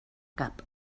cap